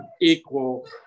equal